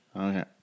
Okay